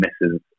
misses